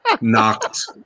knocked